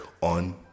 on